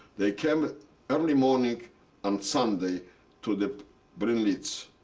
they came early morning on sunday to the brinnlitz,